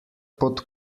pod